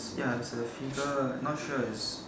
ya there's a figure not sure is